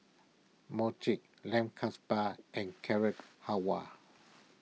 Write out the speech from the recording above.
Mochi Lamb and Carrot Halwa